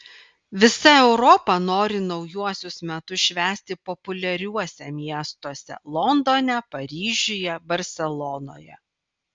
visa europa nori naujuosius metus švęsti populiariuose miestuose londone paryžiuje barselonoje